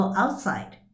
outside